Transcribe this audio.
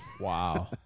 Wow